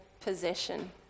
possession